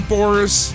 Boris